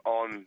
on